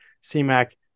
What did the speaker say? C-Mac